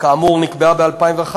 שכאמור נקבעה ב-2011,